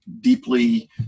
deeply